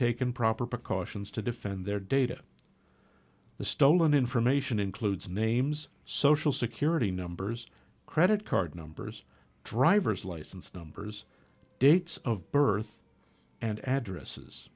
taken proper precautions to defend their data the stolen information includes names social security numbers credit card numbers driver's license numbers dates of birth and addresses